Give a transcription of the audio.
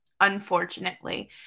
unfortunately